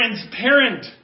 transparent